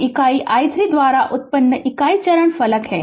तो इकाई i 3 द्वारा उन्नत इकाई चरण फलन है